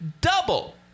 double